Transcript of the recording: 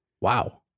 Wow